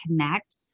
connect